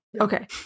Okay